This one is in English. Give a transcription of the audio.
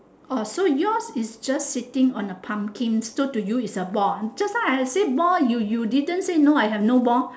orh so yours is just sitting on a pumpkin so to you it's a ball just now I say ball you you didn't say no I have no ball